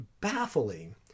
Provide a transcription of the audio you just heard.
baffling